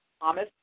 Thomas